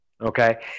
okay